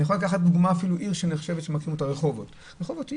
גם רחובות למשל,